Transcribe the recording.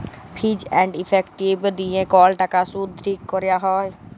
fees and effective দিয়ে call টাকার শুধ ঠিক ক্যরা হ্যয়